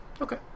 Okay